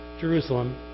Jerusalem